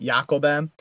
Jacobem